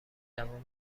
جواب